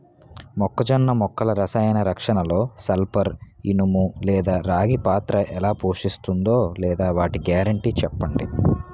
మొక్కజొన్న మొక్కల రసాయన రక్షణలో సల్పర్, ఇనుము లేదా రాగి పాత్ర ఎలా పోషిస్తుందో లేదా వాటి గ్యారంటీ చెప్పండి